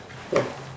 ya